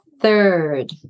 Third